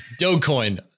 Dogecoin